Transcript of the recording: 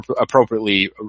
appropriately